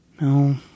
No